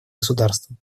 государствам